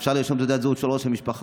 אפשר לרשום תעודת זהות של ראש המשפחה,